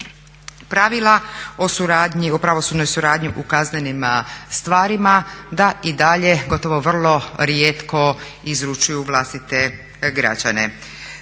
pravila o pravosudnoj suradnji u kaznenim stvarima da i dalje gotovo vrlo rijetko izručuju vlastite građane.